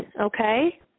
okay